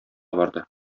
барды